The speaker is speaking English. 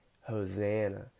Hosanna